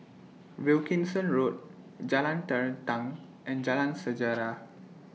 Wilkinson Road Jalan Terentang and Jalan Sejarah